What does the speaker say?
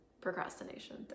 procrastination